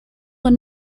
were